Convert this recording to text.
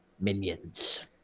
Minions